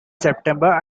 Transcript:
september